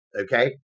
okay